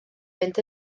fynd